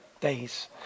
days